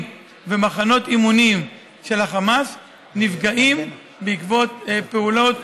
ומחנות אימונים של החמאס נפגעים בעקבות פעולות.